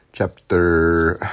Chapter